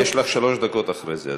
יש לך שלוש דקות אחרי זה,